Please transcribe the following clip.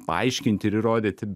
paaiškinti ir įrodyti